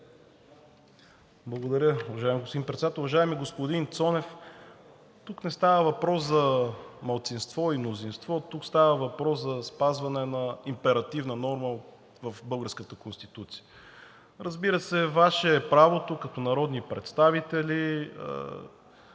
Благодаря, уважаеми господин Председател. Уважаеми господин Цонев, тук не става въпрос за малцинство или мнозинство, тук става въпрос за спазване на императивна норма в българската Конституция. Разбира се, Ваше е правото като народни представители